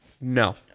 No